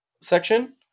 section